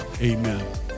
amen